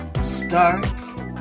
starts